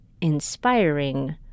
inspiring